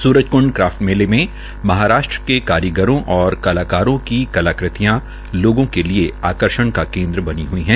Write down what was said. Surajkund craft मेले में महाराष्ट्र के कारीगरों और कलाकारों की कलाकृतियां लोगों के लिये आकर्षण का केन्द्र बनी हुई है